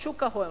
שוק ההון.